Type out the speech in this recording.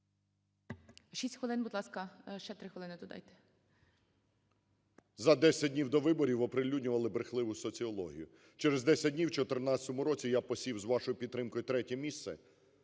За 10 днів до виборів оприлюднювали брехливу соціологію. Через 10 днів в 14-му році я посів з вашою підтримкою третє місце.